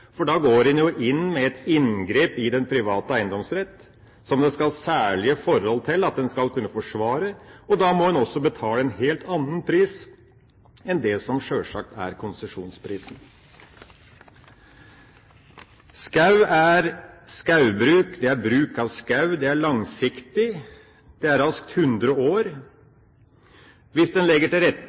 for da går en jo inn med et inngrep i den private eiendomsrett som det skal særlige forhold til for å kunne forsvare. Da må en også betale en helt annen pris enn en konsesjonspris. Skogbruk er bruk av skog. Det er langsiktig. Det er raskt hundre år. Hvis en legger til